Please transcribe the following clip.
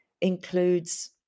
includes